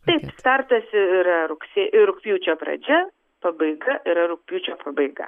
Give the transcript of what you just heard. taip startas yra rugsė rugpjūčio pradžia pabaiga yra rugpjūčio pabaiga